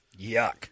Yuck